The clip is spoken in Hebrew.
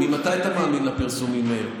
ממתי אתה מאמין לפרסומים האלה?